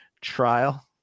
trial